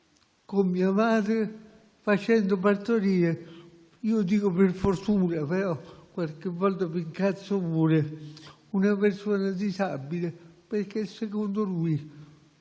con mia madre, facendo partorire - io dico per fortuna, ma qualche volta mi arrabbio anche - una persona disabile, perché secondo lui